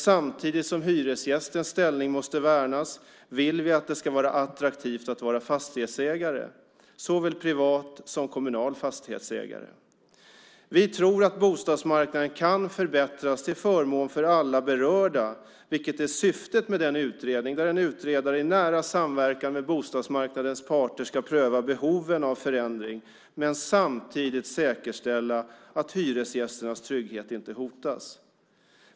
Samtidigt som hyresgästens ställning måste värnas vill vi att det ska vara attraktivt att vara fastighetsägare, såväl privat som kommunal fastighetsägare. Vi tror att bostadsmarknaden kan förbättras till förmån för alla berörda, vilket är syftet med den utredning som pågår. Utredaren ska i nära samverkan med bostadsmarknadens parter pröva behoven av förändring och samtidigt säkerställa att hyresgästernas trygghet inte hotas.